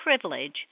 privilege